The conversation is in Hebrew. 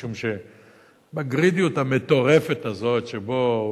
משום שבגרידיות המטורפת הזאת שבה,